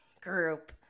group